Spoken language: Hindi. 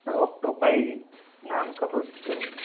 ऑक्टोपाई नाम का प्रोसेसर है